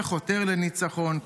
שחותר לניצחון,